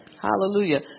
Hallelujah